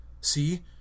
See